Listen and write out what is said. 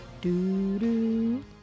Do-do